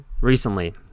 recently